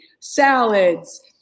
salads